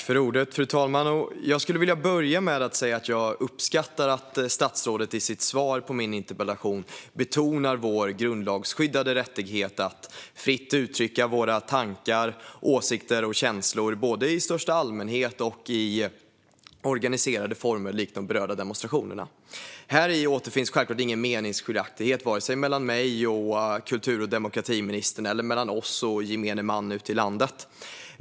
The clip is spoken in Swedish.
Fru talman! Jag vill börja med att säga att jag uppskattar att statsrådet i sitt svar på min interpellation betonar vår grundlagsskyddade rättighet att fritt uttrycka våra tankar, åsikter och känslor både i största allmänhet och i organiserade former likt de berörda demonstrationerna. Häri återfinns självklart ingen meningsskiljaktighet, varken mellan mig och kultur och demokratiministern eller mellan oss och gemene man ute i landet.